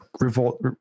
revolt